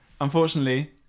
unfortunately